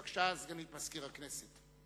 בבקשה, סגנית מזכיר הכנסת.